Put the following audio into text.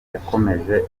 yakomeje